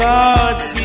Cause